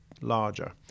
larger